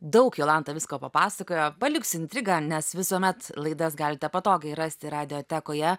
daug jolanta visko papasakojo paliksiu intrigą nes visuomet laidas galite patogiai rasti radioekoje